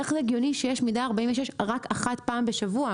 איך זה הגיוני שיש מידה 46 רק אחת פעם בשבוע?